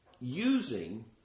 using